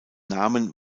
namen